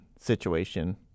situation